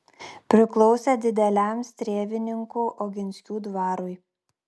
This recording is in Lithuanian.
priklausė dideliam strėvininkų oginskių dvarui